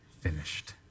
finished